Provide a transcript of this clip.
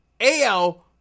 AL